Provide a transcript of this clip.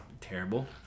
terrible